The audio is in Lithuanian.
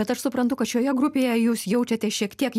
bet aš suprantu kad šioje grupėje jūs jaučiatės šiek tiek